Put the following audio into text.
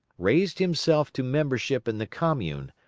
raised himself to membership in the commune,